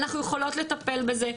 אנחנו יכולות לטפל בזה.